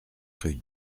rue